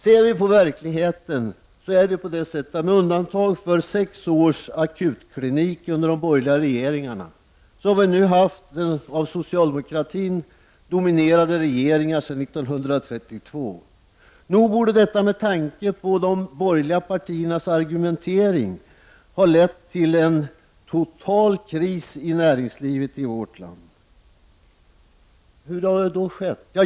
Ser vi på verkligheten finner vi att med undantag för sex års akutklinik under de borgerliga regeringarna, har vi nu haft av socialdemokratin dominerade regeringar sedan 1932. Nog borde detta, med tanke på de borgerliga partiernas argumentering, ha lett till en total kris i näringslivet i vårt land. Vad har då hänt?